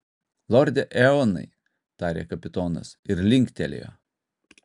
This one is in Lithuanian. lorde eonai tarė kapitonas ir linktelėjo